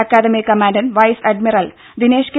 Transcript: academy commandant vice admiral Dinesh K